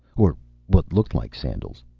or what looked like sandals.